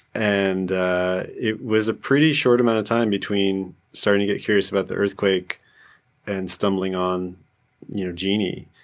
and it was a pretty short amount of time between starting to get curious about the earthquake and stumbling on you know genie,